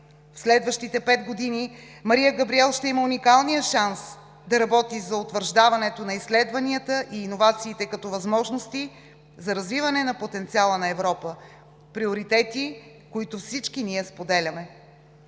следващите пет години Мария Габриел ще има уникалния шанс да работи за утвърждаването на изследванията и иновациите като възможности за развиване на потенциала на Европа, приоритети, които всички ние споделяме.